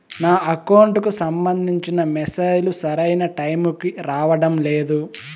నా అకౌంట్ కు సంబంధించిన మెసేజ్ లు సరైన టైము కి రావడం లేదు